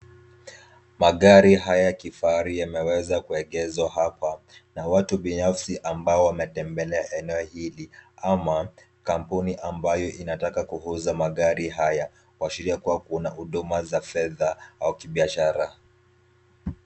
Magari haya ya kifahari yameweza kuegeshwa hapa na watu binafsi ambao wametembelea eneo hili ama kampuni ambayo inataka kuuza magari haya, kuashiria kuwa kuna huduma za fedha ya kibiashara.